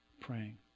praying